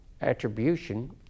attribution